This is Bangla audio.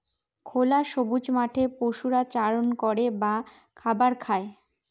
খোলা সবুজ মাঠে পশুরা চারণ করে বা খাবার খায়